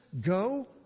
go